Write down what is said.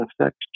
affect